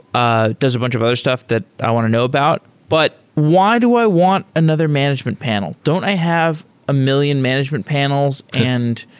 ah does a bunch of other stuff that i want to know about. but why do i want another management panel? don't i have a million management panels and